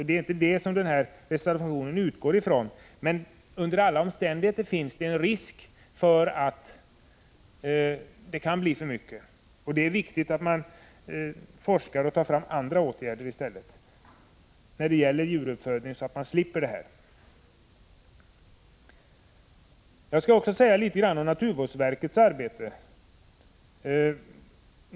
Det är inte det som reservanterna utgår ifrån, men under alla omständigheter finns det en risk för att det kan bli för mycket av mediciner i djurfoder. Det är därför viktigt att man forskar och tar fram andra åtgärder när det gäller djuruppfödning, så att man slipper de här metoderna. Jag skall också säga några ord om naturvårdsverkets arbete.